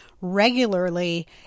regularly